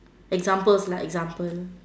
examples lah example